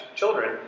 children